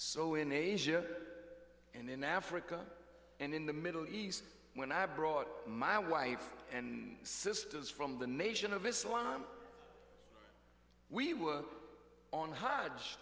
so in asia and in africa and in the middle east when i brought my wife and sisters from the nation of islam we were on h